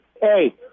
Hey